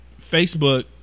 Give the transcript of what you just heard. Facebook